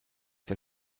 der